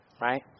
right